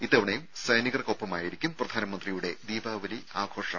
ഇത്തവണയും സൈനികർക്കൊപ്പമായിരിക്കും പ്രധാനമന്ത്രിയുടെ ദീപാവലി ആഘോഷം